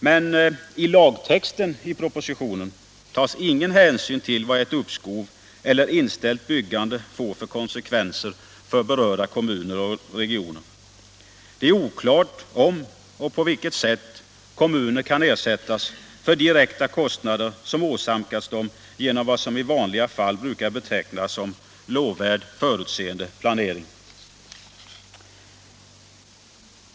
Men i lagtexten i propositionen tas ingen hänsyn till vad ett uppskov eller ett inställt byggande får för konsekvenser för kommuner och regioner. Det är oklart om och på vilket sätt kommuner kan ersättas för direkta kostnader som åsamkats dem genom vad som i vanliga fall brukar betecknas som lovvärd förutseende planering.